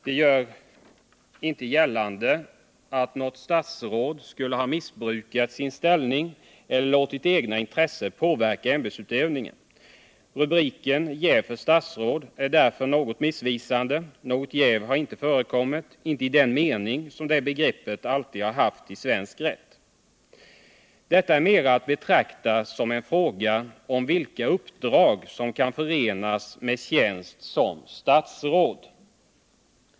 De gör inte gällande att något statsråd skulle ha missbrukat sin ställning eller låtit det egna intresset påverka ämbetsutövningen. Rubriken Jäv för statsråd är därför något missvisande. Något jäv har inte förekommit i den mening som det begreppet alltid har haft i svensk rätt. Detta är mera att betrakta som en fråga om vilka uppdrag som kan förenas med tjänst som statsråd.